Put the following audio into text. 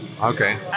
Okay